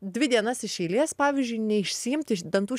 dvi dienas iš eilės pavyzdžiui neišsiimti dantų